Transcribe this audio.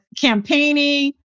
campaigning